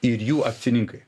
ir jų akcininkai